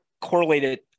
correlated